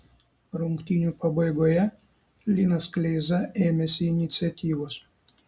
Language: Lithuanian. rungtynių pabaigoje linas kleiza ėmėsi iniciatyvos